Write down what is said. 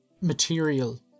material